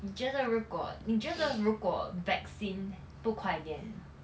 你觉得在如果你觉得如果 vaccine 不快点